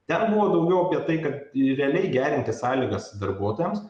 ten buvo daugiau apie tai kad realiai gerinti sąlygas darbuotojams